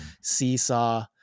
seesaw